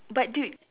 but dude